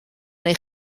neu